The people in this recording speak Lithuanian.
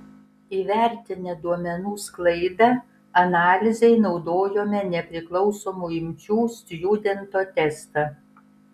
įvertinę duomenų sklaidą analizei naudojome nepriklausomų imčių stjudento testą